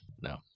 no